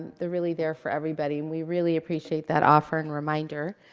they're really there for everybody, and we really appreciate that offer and reminder.